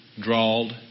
drawled